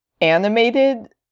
animated